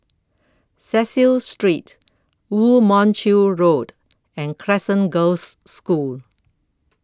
Cecil Street Woo Mon Chew Road and Crescent Girls' School